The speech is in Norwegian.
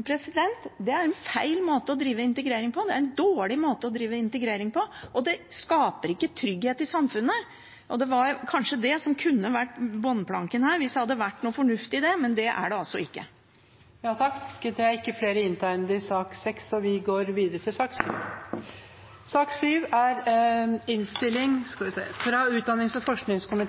Det er en feil måte å drive integrering på, det er en dårlig måte å drive integrering på, og det skaper ikke trygghet i samfunnet. Det hadde kanskje kunnet være bunnplanken her hvis det hadde vært noe fornuft i det, men det er det altså ikke. Flere har ikke bedt om ordet til sak nr. 6. Etter forslag fra utdannings- og forskningskomiteen